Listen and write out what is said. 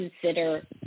consider